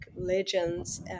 legends